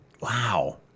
Wow